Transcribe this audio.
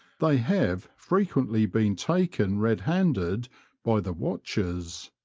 they have frequently been taken red-handed by the watchers.